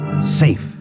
Safe